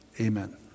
Amen